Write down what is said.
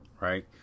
right